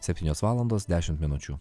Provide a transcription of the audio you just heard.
septynios valandos dešimt minučių